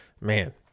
man